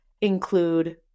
include